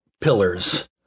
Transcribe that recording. pillars